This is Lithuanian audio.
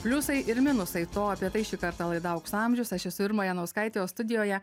pliusai ir minusai to apie tai šį kartą laida aukso amžius aš esu irma janauskaitė o studijoje